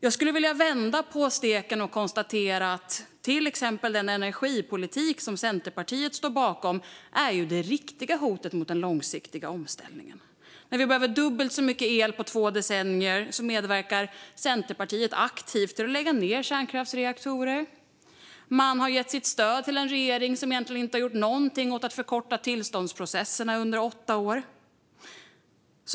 Jag skulle vilja vända på steken och konstatera att till exempel den energipolitik som Centerpartiet står bakom är det riktiga hotet mot den långsiktiga omställningen. När vi behöver dubbelt så mycket el på två decennier medverkar Centerpartiet aktivt till att lägga ned kärnkraftsreaktorer. Man har gett sitt stöd till en regering som egentligen inte har gjort någonting för att förkorta tillståndsprocesserna under åtta år.